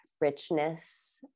richness